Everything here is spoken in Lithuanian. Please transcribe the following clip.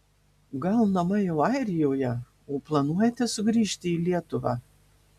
gal namai jau airijoje o planuojate sugrįžti į lietuvą